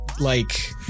like-